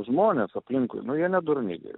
žmonės aplinkui nu jie nedurni gi